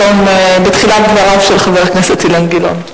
בתחילת דבריו של חבר הכנסת גילאון.